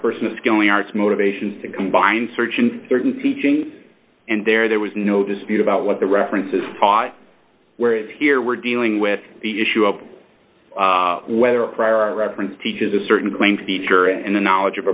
person is going arse motivation to combine search and certain teachings and there there was no dispute about what the references taught whereas here we're dealing with the issue of whether a prior reference teaches a certain claim to the teacher and the knowledge of